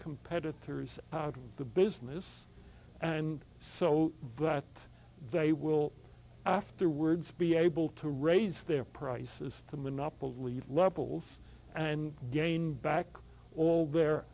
competitors to the business and so that they will afterwards be able to raise their prices to monopoly levels and gain back all their